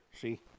See